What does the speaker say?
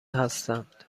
هستند